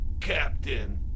Captain